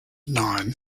nine